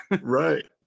Right